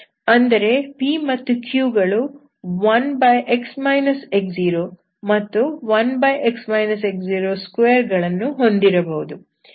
ಅಂದರೆ p ಮತ್ತು q ಗಳು 1x x0 ಮತ್ತು 1x x02 ಗಳನ್ನು ಹೊಂದಿರಬಹುದು